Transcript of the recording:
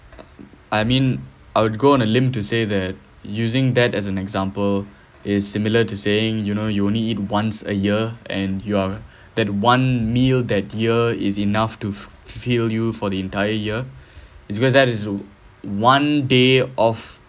I mean I would go on a limb to say that using that as an example is similar to saying you know you only eat once a year and you are that one meal that year is enough to fill you for the entire year it's because that is one day of